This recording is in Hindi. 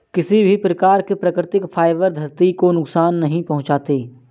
किसी भी प्रकार के प्राकृतिक फ़ाइबर धरती को नुकसान नहीं पहुंचाते